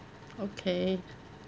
okay